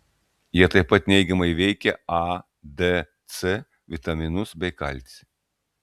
jie tai pat neigiamai veikia a d c vitaminus bei kalcį